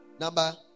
Number